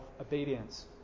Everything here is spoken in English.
obedience